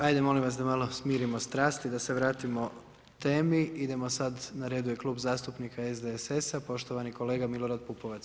Ajde molim vas da malo smirimo strasti, da se vratimo temi, idemo sada na redu je Klub zastupnika SDSS-a, poštovani kolega Milorad Pupovac.